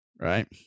right